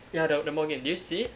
ya the mall game did you see it